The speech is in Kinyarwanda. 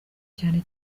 cyane